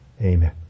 Amen